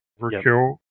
overkill